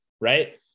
Right